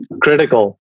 Critical